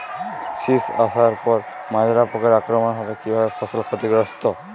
শীষ আসার পর মাজরা পোকার আক্রমণ হলে কী ভাবে ফসল ক্ষতিগ্রস্ত?